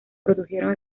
produjeron